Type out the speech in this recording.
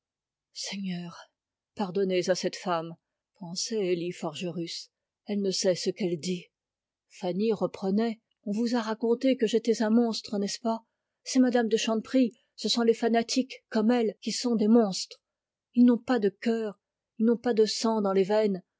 seigneur pardonnez à cette femme pensait élie forgerus elle ne sait ce qu'elle dit fanny reprenait on vous a raconté que j'étais un monstre n'est-ce pas c'est mme de chanteprie ce sont les fanatiques comme elle qui sont des monstres ils n'on pas de cœur ils n'ont pas de sang dans les veines